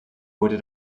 wurde